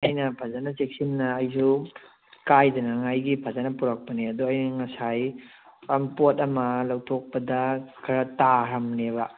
ꯑꯅ ꯐꯖꯅ ꯆꯦꯛꯁꯤꯟꯅ ꯑꯩꯁꯨ ꯀꯥꯏꯗꯅꯤꯡꯉꯥꯏꯒꯤ ꯐꯖꯅ ꯄꯨꯔꯛꯄꯅꯦ ꯑꯗꯣ ꯑꯩꯅ ꯉꯁꯥꯏ ꯄꯣꯠ ꯑꯃ ꯂꯧꯊꯣꯛꯄꯗ ꯈꯔ ꯇꯥꯈ꯭ꯔꯅꯦꯕ